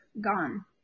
gone